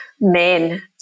men